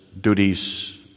duties